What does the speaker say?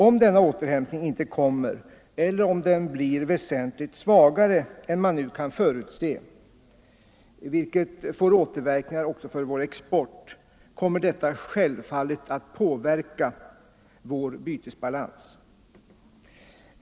Om denna återhämtning inte kommer eller om den blir väsentligt svagare än man nu kan förutse, vilket får återverkningar också för vår export, kommer detta självfallet att påverka vår bytesbalans.